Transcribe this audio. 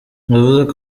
yavuzeko